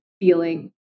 feeling